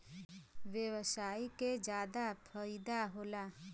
व्यवसायी के जादा फईदा होला